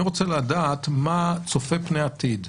אני רוצה לדעת מה צופה פני עתיד.